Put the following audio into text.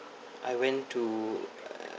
I went to uh